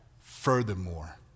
Furthermore